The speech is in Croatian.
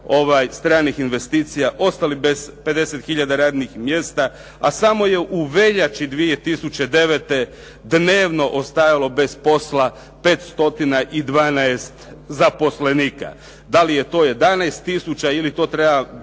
stranih investicija, ostali bez 50 tisuća radnih mjesta, a samo je u veljači 2009. dnevno ostajalo bez posla 512 zaposlenika. Da li je to 11 tisuća ili to treba